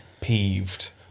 Peeved